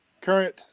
current